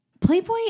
Playboy